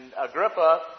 Agrippa